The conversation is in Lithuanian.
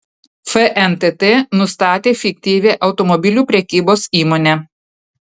fntt nustatė fiktyvią automobilių prekybos įmonę